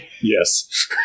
Yes